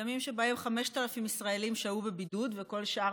ימים שבהם 5,000 ישראלים שהו בבידוד וכל שאר